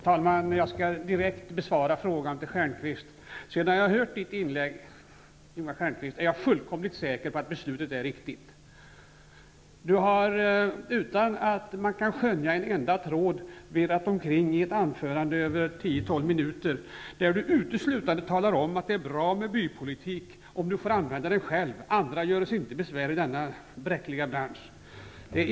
Herr talman! Jag skall direkt besvara Lars Stjernkvists fråga. Efter det att jag har hört Lars Stjernkvists inlägg är jag fullkomligt säker på att beslutet är riktigt. Stjernkvist har utan att man kan skönja en enda röd tråd velat omkring i ett anförande på 10--12 minuter, där han uteslutande talar om att det är bra med bypolitik om han får använda den själv medan andra inte göre sig besvär i denna bräckliga bransch.